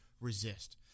resist